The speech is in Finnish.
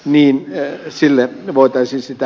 niinpä esille voitaisi sitä